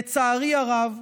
לצערי הרב,